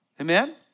Amen